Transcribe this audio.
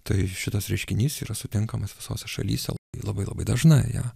tai šitas reiškinys yra sutinkamas visose šalyse labai labai dažnai ją